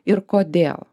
ir kodėl